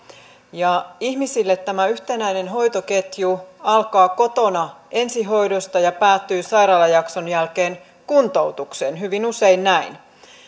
ja ihmisille tämä yhtenäinen hoitoketju alkaa kotona ensihoidosta ja päättyy sairaalajakson jälkeen kuntoutukseen hyvin usein näin